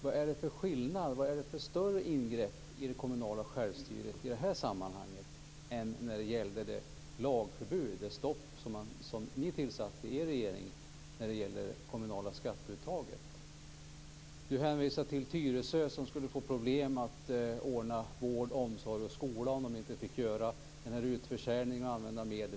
Varför är det ett större ingrepp i den kommunala självstyrelsen i detta sammanhang jämfört med det lagförbud, det stopp som ni beslutade om i den borgerliga regeringen när det gällde det kommunala skatteuttaget? Inga Berggren hänvisade till Tyresö som skulle få problem att ordna vård, omsorg och skola om man inte fick göra denna utförsäljning och använda dessa medel.